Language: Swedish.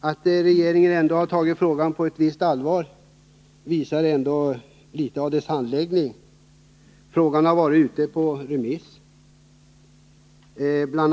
Att regeringen ändå har tagit saken på ett visst allvar visas av frågans handläggning. Ärendet har varit ute på remiss. Bl.